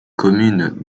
commune